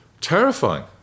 terrifying